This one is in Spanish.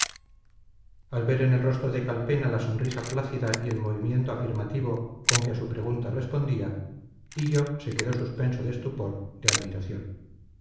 al ver en el rostro de calpena la sonrisa plácida y el movimiento afirmativo con que a su pregunta respondía hillo se quedó suspenso de estupor de admiración